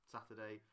Saturday